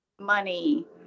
Money